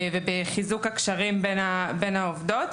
בחיזוק הקשרים בין העובדות,